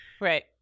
Right